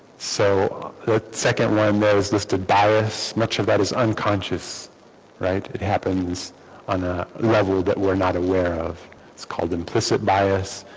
so the second one that is listed baris much of that is unconscious right it happens on a level that we're not aware of it's called implicit bias